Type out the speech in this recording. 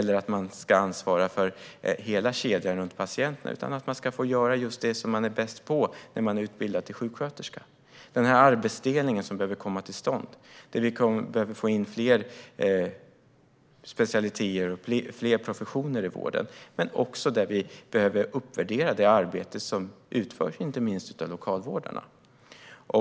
Man kanske inte ska ansvara för hela kedjan runt patienten utan få göra just det man är bäst på när man är utbildad till sjuksköterska. Den här arbetsdelningen behöver komma till stånd. Vi behöver få in fler specialiteter och fler professioner i vården men också uppvärdera det arbete som utförs av inte minst lokalvårdarna.